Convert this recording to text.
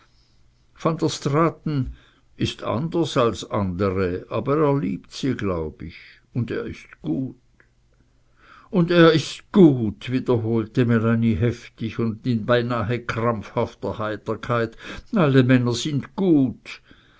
ist anders als andre aber er liebt sie glaub ich und er ist gut und er ist gut wiederholte melanie heftig und in beinahe krampfhafter heiterkeit alle männer sind gut